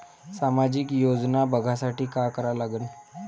सामाजिक योजना बघासाठी का करा लागन?